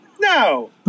No